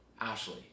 Ashley